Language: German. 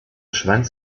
schwanz